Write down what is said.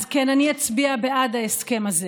אז כן, אני אצביע בעד ההסכם הזה.